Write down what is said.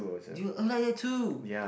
you like that too